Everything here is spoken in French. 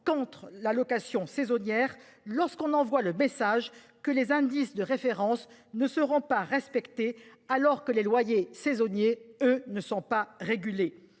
contre la location saisonnière si vous faites passer le message que les indices de références ne seront pas respectés, alors que les loyers saisonniers, eux, ne sont pas régulés